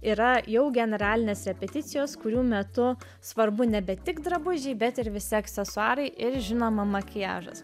yra jau generalinės repeticijos kurių metu svarbu nebe tik drabužiai bet ir visi aksesuarai ir žinoma makiažas